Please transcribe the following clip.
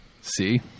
See